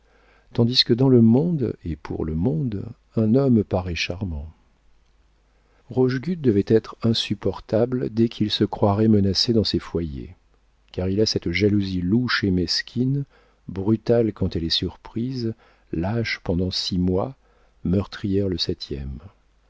tandis que dans le monde et pour le monde un homme paraît charmant rochegude devait être insupportable dès qu'il se croirait menacé dans ses foyers car il a cette jalousie louche et mesquine brutale quand elle est surprise lâche pendant six mois meurtrière le septième